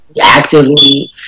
actively